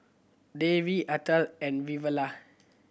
Devi Atal and Vavilala